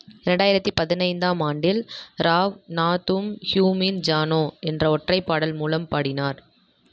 இரண்டாயிரத்தி பதினைந்தாம் ஆண்டில் ராவ் நாத்தும் ஹ்யூமின் ஜானோ என்ற ஒற்றைப் பாடல் மூலம் பாடினார்